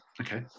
Okay